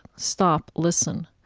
stop, listen.